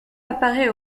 apparaît